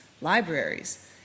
libraries